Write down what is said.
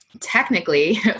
Technically